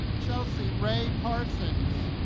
chelsey rae parsons